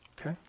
Okay